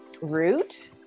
root